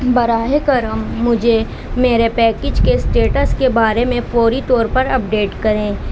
براہ کرم مجھے میرے پیکج کے اسٹیٹس کے بارے میں پوری طور پر اپ ڈیٹ کریں